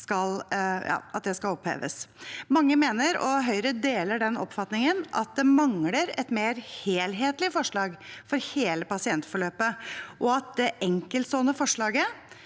Mange mener, og Høyre deler den oppfatningen, at det mangler et mer helhetlig forslag for hele pasientforløpet, og at det enkeltstående forslaget